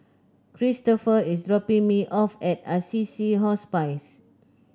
Cristopher is dropping me off at Assisi Hospice